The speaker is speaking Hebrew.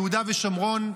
יהודה ושומרון,